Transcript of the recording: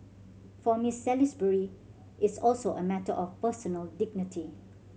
for Miss Salisbury it's also a matter of personal dignity